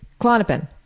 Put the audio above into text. Clonopin